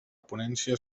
ponència